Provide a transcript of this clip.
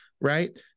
Right